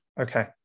Okay